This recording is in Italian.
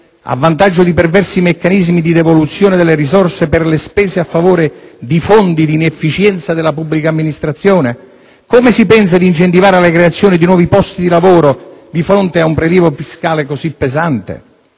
a vantaggio di perversi meccanismi di devoluzione delle risorse per spese a favore di fondi di inefficienza della pubblica amministrazione? Come si pensa di incentivare la creazione di nuovi posti di lavoro, di fronte a un prelievo fiscale così pesante?